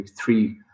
three